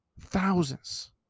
thousands